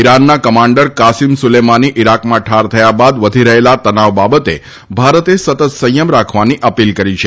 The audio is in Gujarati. ઇરાનના કમાન્ડર કાસીમ સુલેમાની ઇરાકમાં ઠાર થયા બાદ વધી રહેલા તનાવ બાબતે ભારતે સતત સંયમ રાખવાની અપીલ કરી છે